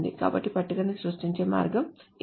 కాబట్టి పట్టికను సృష్టించే మార్గం ఇది